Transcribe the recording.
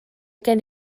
gen